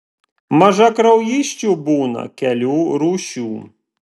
mažakraujysčių būna kelių rūšių